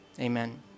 Amen